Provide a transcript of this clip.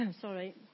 sorry